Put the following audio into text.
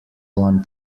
one